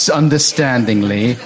understandingly